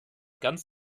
ganz